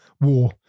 war